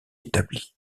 établit